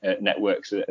networks